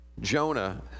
Jonah